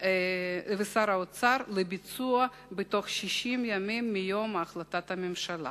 האוצר לביצוע בתוך 60 ימים מיום החלטת הממשלה.